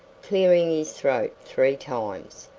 clearing his throat three times.